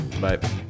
bye